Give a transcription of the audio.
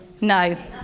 no